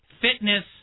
fitness